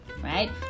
Right